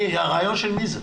הרעיון של מי זה?